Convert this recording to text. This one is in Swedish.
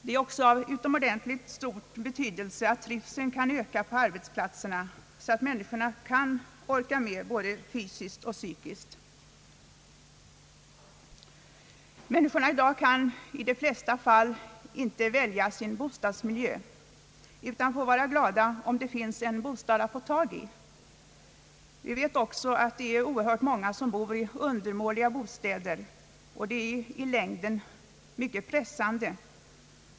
Det är också av utomordentligt stor betydelse att trivseln ökar på arbetsplatserna, så att människorna kan orka med både fysiskt och psykiskt. De flesta människor kan i dag inte välja sin bostadsmiljö utan får vara glada, om det finns en bostad att få tag 1. Vi vet också att oerhört många bor i undermåliga bostäder, och det är i längden mycket pressande.